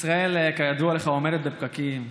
ישראל כידוע לך עומדת בפקקים.